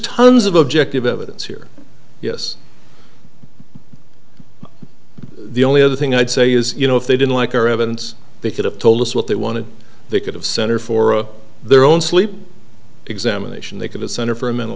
tons of objective evidence here yes the only other thing i'd say is you know if they didn't like our evidence they could have told us what they wanted they could have center for their own sleep examination they could a center for a mental